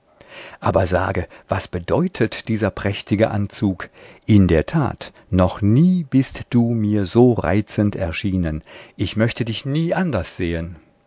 aber sage was bedeutet dieser prächtige anzug in der tat noch nie bist du mir so reizend erschienen ich möchte dich nie anders sehen